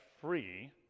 free